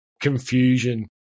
confusion